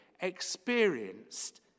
experienced